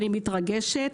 אני מתרגשת.